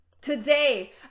Today